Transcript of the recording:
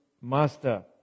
Master